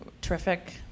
terrific